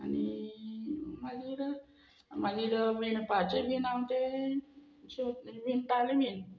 आनी मागीर मागीर विणपाचे बीन हांव ते शेव विणताले बीन